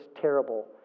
terrible